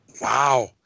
Wow